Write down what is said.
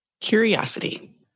Curiosity